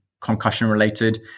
concussion-related